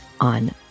on